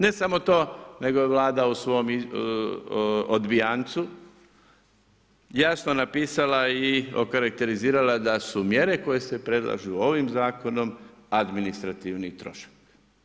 Ne samo to nego je i Vlada u svom odbijancu jasno napisala i okarakterizirala da su mjere koje se predlažu ovim zakonom administrativni trošak.